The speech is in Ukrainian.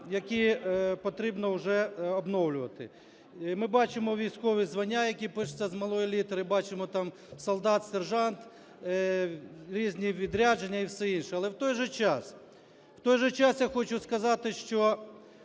які потрібно вже обновлювати. Ми бачимо військові звання, які пишуться з малої літери, бачимо там солдат, сержант, різні відрядження і все інше. Але, в той же час, в той же час, я